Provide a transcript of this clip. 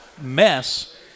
mess